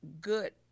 good